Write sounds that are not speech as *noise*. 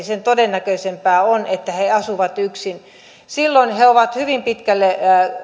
*unintelligible* sen todennäköisempää on että he asuvat yksin silloin he ovat hyvin pitkälle